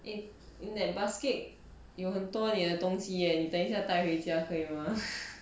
eh in that basket 有很多你的东西 leh 你等一下带回家可以吗